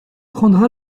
prendra